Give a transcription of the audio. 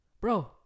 Bro